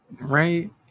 right